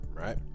Right